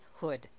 Hood